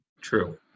True